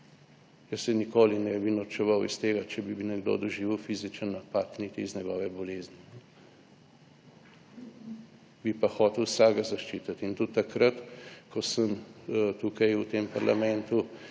Jaz se nikoli ne bi norčeval iz tega, če bi nekdo doživel fizičen napad, niti iz njegove bolezni, bi pa hotel vsakega zaščititi. In tudi takrat, ko sem tukaj v tem parlamentu